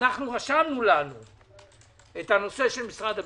אנחנו רשמנו לנו את הנושא של משרד הביטחון,